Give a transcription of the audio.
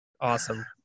Awesome